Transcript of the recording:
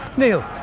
neil,